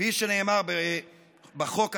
כפי שנאמר בחוק עצמו: